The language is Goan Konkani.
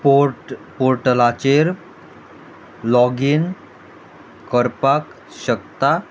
पोर्ट पोर्टलाचेर लॉगीन करपाक शकता